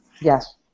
Yes